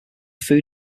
food